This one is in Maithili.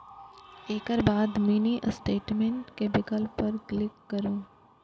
एकर बाद मिनी स्टेटमेंट के विकल्प पर क्लिक करू